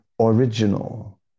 original